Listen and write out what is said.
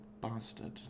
bastard